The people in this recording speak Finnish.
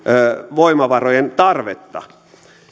voimavarojen tarvetta